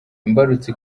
imbarutso